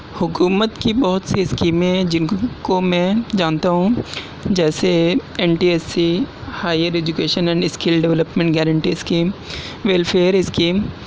حکومت کی بہت سی اسکیمیں ہیں جن کو میں جانتا ہوں جیسے N T S C higher education and skill development guarantee scheme welfare scheme